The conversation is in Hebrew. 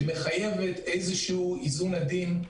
שמחייב איזון עדין,